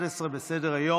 בבקשה לשבת.